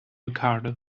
ricardo